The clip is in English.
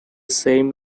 same